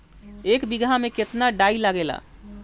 एक बिगहा में केतना डाई लागेला?